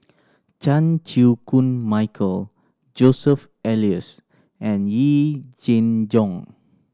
Chan Chew Koon Michael Joseph Elias and Yee Jenn Jong